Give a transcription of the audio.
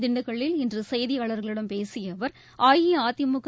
திண்டுக்கல்லில் இன்று செய்தியாளர்களிடம் பேசிய அவர் அஇஅதிமுக